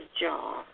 job